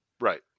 right